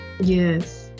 Yes